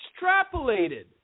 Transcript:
extrapolated